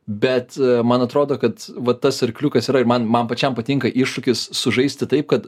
bet man atrodo kad va tas arkliukas yra ir man man pačiam patinka iššūkis sužaisti taip kad